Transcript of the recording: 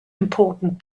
important